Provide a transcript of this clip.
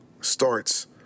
Starts